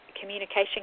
communication